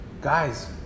guys